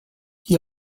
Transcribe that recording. die